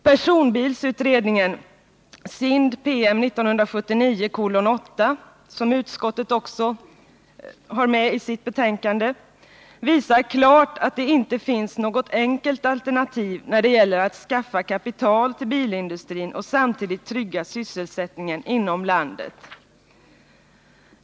Personbilsutredningens rapport , som utskottet också tar uppi sitt betänkande, visar klart att det inte finns något enkelt alternativ när det gäller att skaffa kapital till bilindustrin och samtidigt trygga sysselsättningen inom landet.